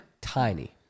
tiny